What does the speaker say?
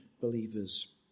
believers